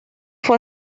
fue